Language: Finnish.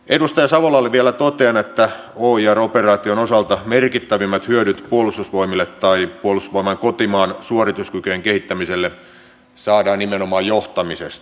edustaja savolalle vielä totean että oir operaation osalta merkittävimmät hyödyt puolustusvoimille tai puolustusvoimain kotimaan suorituskykyjen kehittämiselle saadaan nimenomaan johtamisesta